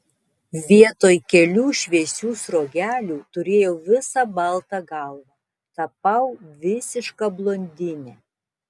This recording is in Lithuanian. vietoj kelių šviesių sruogelių turėjau visą baltą galvą tapau visiška blondine